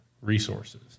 resources